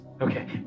Okay